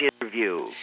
interview